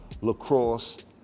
lacrosse